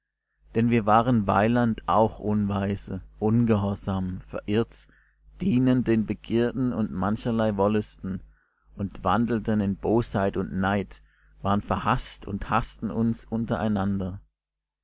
denn wir waren weiland auch unweise ungehorsam verirrt dienend den begierden und mancherlei wollüsten und wandelten in bosheit und neid waren verhaßt und haßten uns untereinander